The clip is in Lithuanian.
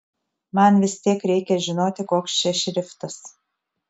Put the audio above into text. man vis tiek reikia žinoti koks čia šriftas